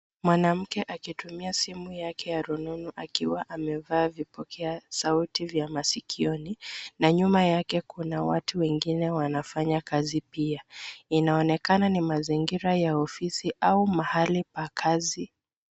Mwanamke akitumia simu yake ya rununu akiwa amevaa vipokea sauti vya masikioni na nyuma yake kuna watu wengine wanafanya kazi pia. Inaonekana ni mazingira ya ofisi au mahali pa kazi.